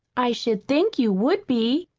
i should think you would be.